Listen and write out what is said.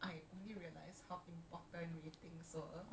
but our censorship selalu macam tu